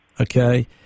okay